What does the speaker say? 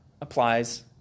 applies